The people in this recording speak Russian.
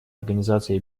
организации